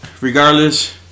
Regardless